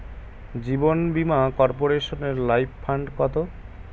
জীবন বীমা কর্পোরেশনের life fund কত?